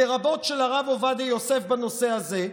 לרבות של הרב עובדיה יוסף בנושא הזה,